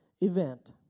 event